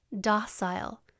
docile